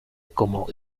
como